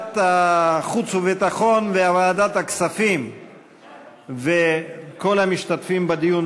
ועדת החוץ וביטחון וועדת הכספים וכל המשתתפים בדיון,